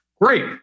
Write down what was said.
Great